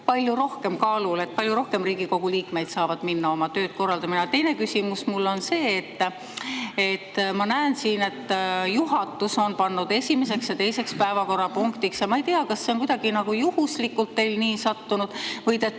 palju rohkem kaalul, palju rohkem Riigikogu liikmeid saab minna oma tööd korraldama. Teine küsimus mul on see, et ma näen, [mille] juhatus on pannud esimeseks ja teiseks päevakorrapunktiks. Ma ei tea, kas see on kuidagi juhuslikult teil nii sattunud või te